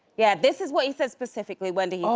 yeah, this is what he said specifically, wendy,